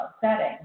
setting